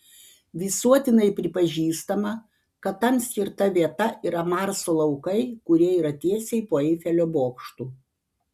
visuotinai pripažįstama kad tam skirta vieta yra marso laukai kurie yra tiesiai po eifelio bokštu